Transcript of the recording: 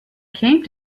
came